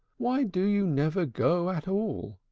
why do you never go at all?